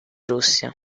russia